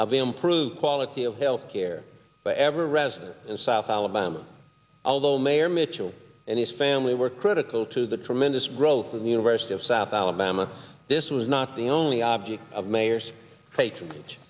of improved quality of health care for every resident in south alabama although mayor mitchell and his family were critical to the tremendous growth of the university of south alabama this was not the only object of mayors